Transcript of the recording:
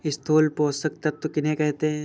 स्थूल पोषक तत्व किन्हें कहते हैं?